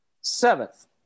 seventh